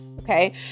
Okay